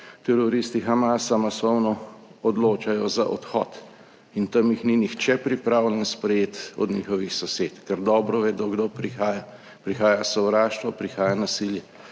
teroristi Hamasa masovno odločajo za odhod in tam jih ni nihče pripravljen sprejeti od njihovih sosed, ker dobro vedo kdo prihaja. Prihaja sovraštvo, prihaja nasilje,